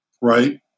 right